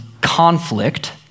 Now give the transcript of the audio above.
conflict